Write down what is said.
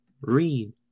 Read